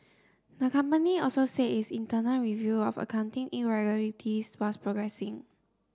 the company also said its internal review of accounting irregularities was progressing